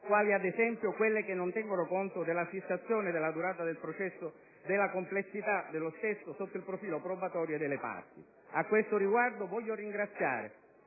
quali, ad esempio, quelle che non tengono conto nella fissazione della durata del processo della complessità dello stesso sotto il profilo probatorio e delle parti. A questo riguardo voglio ringraziare